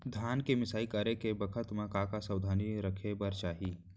धान के मिसाई करे के बखत का का सावधानी रखें बर चाही?